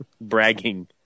bragging